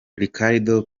ricardo